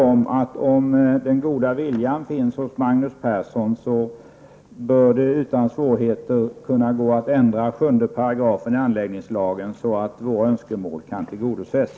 Om den goda viljan finns hos Magnus Persson går det -- det är jag helt övertygad om -- att utan svårigheter ändra 7 § i anläggningslagen så att våra önskemål kan tillgodoses.